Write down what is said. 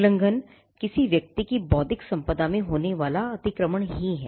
उल्लंघन किसी व्यक्ति की बौद्धिक संपदा में होने वाला अतिक्रमण ही है